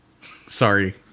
Sorry